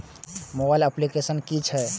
Mobile application कि छै?